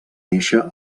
néixer